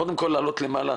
קודם כל להעלות למעלה